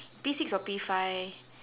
P six or P five